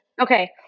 Okay